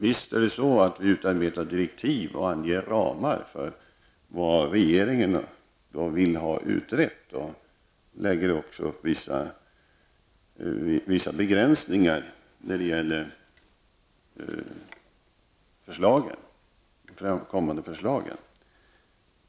Visst utarbetar regeringen direktiv och anger ramar för vad den vill ha utrett. Den anger också vissa begränsningar när det gäller de kommande förslagen.